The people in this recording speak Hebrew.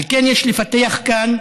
על כן, יש לפתח כאן,